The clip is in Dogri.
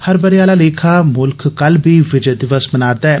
हर बरे आला लेखा मुल्ख कल बी विजय दिवस मना रदा ऐ